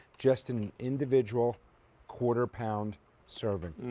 just an individual quarter pound serving.